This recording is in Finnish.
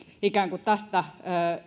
ikään kuin